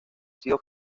sido